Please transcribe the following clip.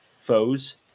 foes